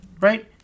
right